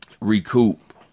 Recoup